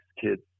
kids